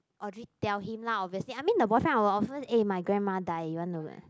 Audrey tell him lah obviously I mean the boyfriend I will of course eh my grandma die you want to